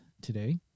today